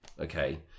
okay